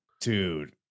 Dude